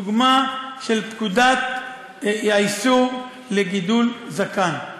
הדוגמה של פקודת האישור לגידול זקן.